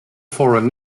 foreign